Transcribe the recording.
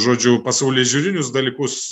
žodžiu pasaulėžiūrinius dalykus